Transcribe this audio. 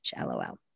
lol